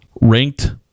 ranked